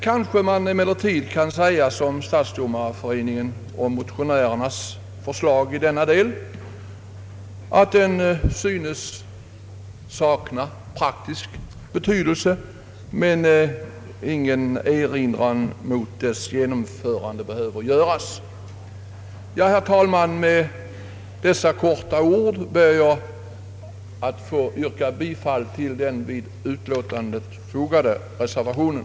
Det kan emellertid kanske sägas, liksom Stadsdomarföreningen och motionärerna i denna del anfört, att denna fråga synes sakna praktisk betydelse men att någon erinran mot förslagets genomförande inte kan göras. Herr talman! Med dessa få ord ber jag att få yrka bifall till den vid utlåtandet fogade reservationen.